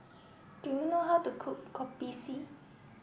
do you know how to cook Kopi C